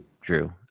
Drew